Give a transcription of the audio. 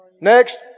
Next